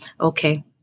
Okay